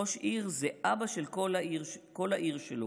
ראש עיר זה אבא של כל העיר שלו.